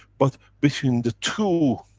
but between the two,